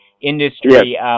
industry